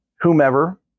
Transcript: whomever